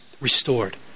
restored